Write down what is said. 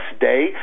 day